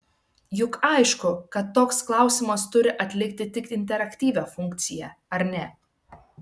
juk aišku kad toks klausimas turi atlikti tik interaktyvią funkciją ar ne